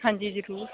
ਹਾਂਜੀ ਜ਼ਰੂਰ